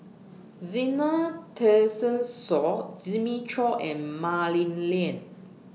Zena Tessensohn Jimmy Chok and Mah Li Lian